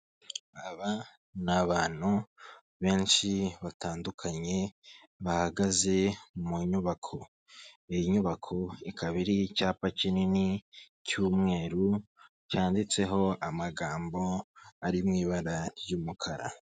Aba n'abantu benshi batandukanye bahagaze mu nyubako, iyi nyubako ikaba ariho icyapa kinini cy'umweru cyanditseho amagambo ari mu'ibara ry'umukara.